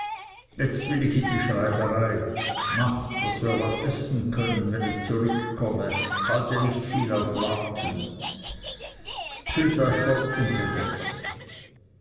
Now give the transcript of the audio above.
jetzt will ich in die schreiberei mach daß wir was essen können wenn ich zurückkomme halte nicht viel auf warten bhüt euch gott unterdes